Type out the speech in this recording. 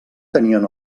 tenien